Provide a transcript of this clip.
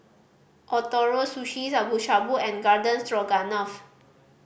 Ootoro Sushi Shabu Shabu and Garden Stroganoff